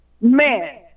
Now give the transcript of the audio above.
Man